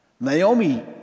Naomi